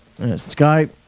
Skype